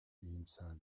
iyimser